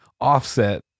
offset